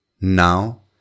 Now